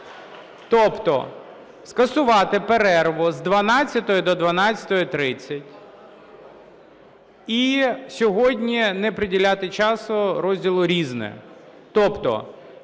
тобто скасувати перерву з 12-ї до 12:30 і сьогодні не приділяти часу розділу "Різне".